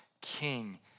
king